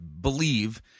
believe